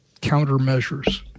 countermeasures